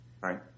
Right